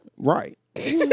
Right